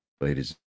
Ladies